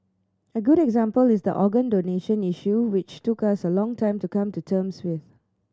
a good example is the organ donation issue which took us a long time to come to terms with